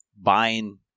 buying